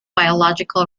biological